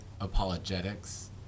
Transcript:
apologetics